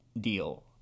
deal